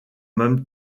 même